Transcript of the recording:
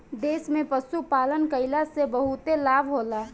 देश में पशुपालन कईला से बहुते लाभ होला